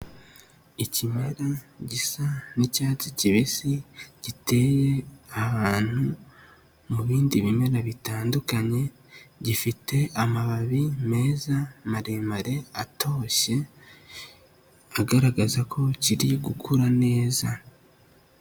Ikimera gisa n'icyatsi kibisi, giteye ahantu mu bindi bimera bitandukanye, gifite amababi meza maremare atoshye agaragaza ko kiri gukura neza.